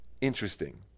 interesting